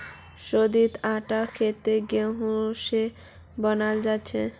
शोधित आटा खेतत गेहूं स बनाल जाछेक